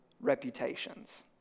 reputations